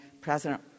President